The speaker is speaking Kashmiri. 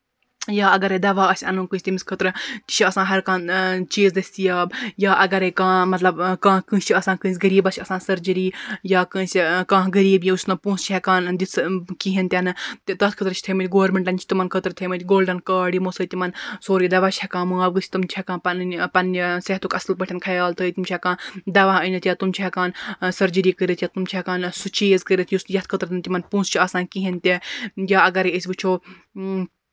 یا اَگرے دوا آسہِ اَنُن تٔمِس خٲطرٕ تہِ چھُ آسان ہَر کانٛہہ چیٖز دٔستِیاب یا اَگرے کانٛہہ مطلب کانٛہہ کٲنٛسہِ چھُ آسان کٲنٛسہِ غریٖبَس چھُ آسان سٔرجٔری یا کٲنٛسہِ کانٛہہ غریٖب یُس نہٕ پۅنٛسہٕ چھُ ہیٚکان دِتھ کِہیٖنٛۍ تہِ نہٕ تہِ تَتھ خٲطرٕ چھِ تھٲومٕتۍ گورمِنٹَن چھِ تِمن خٲطرٕ تھٲومٕتۍ گولڈَن کارڈ یِمو سۭتۍ تِمَن سورُے دوا چھُ ہیٚکان معاف گٔژھِتھ تِم چھِ ہیٚکان پَنٕنہِ پَنٕنہِ صحتُک اَصٕل پٲٹھۍ خیال تھٲوِتھ تِم چھِ ہیٚکان دوا أنِتھ یا تِم چھِ ہیٚکان سٔرجٔری کٔرِتھ یا تِم چھِ ہیٚکان سُہ چیٖز کٔرِتھ یُس یَتھ خٲطرٕ نہٕ تِمن پۅنٛسہٕ چھِ آسان کِہیٖنٛۍ تہِ یا اَگرے أسۍ وُچھو